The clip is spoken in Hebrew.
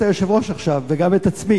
כן, אני מייצג את היושב-ראש עכשיו, וגם את עצמי.